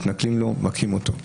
מתנכלים לו ומכים אותו.